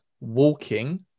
walking